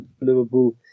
Liverpool